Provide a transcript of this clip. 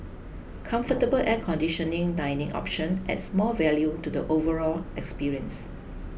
comfortable air conditioning dining option adds more value to the overall experience